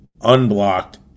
unblocked